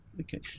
Okay